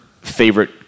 favorite